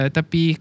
Tapi